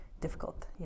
difficult